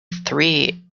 three